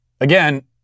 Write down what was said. Again